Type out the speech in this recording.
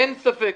אין ספק,